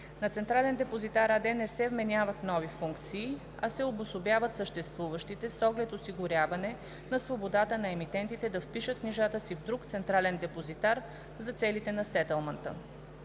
АД не се вменяват нови функции, а се обособяват съществуващите с оглед осигуряване на свободата на емитентите да впишат книжата си в друг централен депозитар за целите на сетълмента.